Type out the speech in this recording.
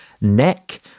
neck